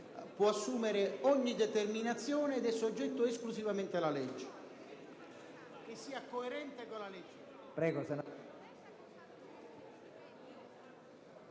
può assumere ogni determinazione ed è soggetto esclusivamente alla legge,